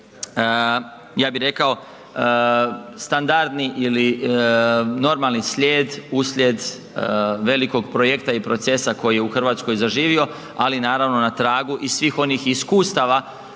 ja bih rekao standardni ili normalni slijed uslijed velikog projekta i procesa koji je u Hrvatskoj zaživio, ali naravno na tragu i svih onih iskustava